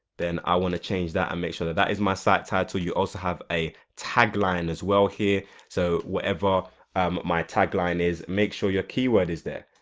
then i want to change that and um make sure that that is my site title. you also have a tagline as well here so whatever um my tagline is make sure your keyword is there.